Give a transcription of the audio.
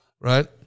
Right